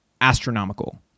astronomical